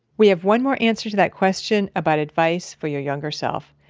we have one more answer to that question about advice for your younger self.